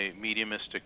mediumistic